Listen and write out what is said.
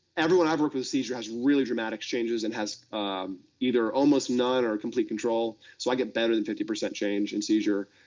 everyone i've worked with with seizure has really dramatic changes, and has either almost none or complete control. so i get better than fifty percent change in seizure.